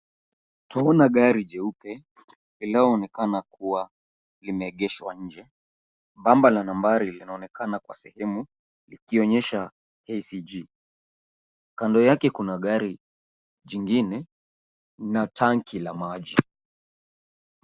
Tunaona gari jeupe iliyoonekana kuwa imeegeshwa nje. Bamba la nambari linaonekana kwa sehemu likionyesha KCG. Kando yake kuna gari jingine na tanki la maji.